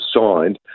signed